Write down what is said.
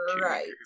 Right